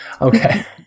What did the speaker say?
Okay